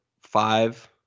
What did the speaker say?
five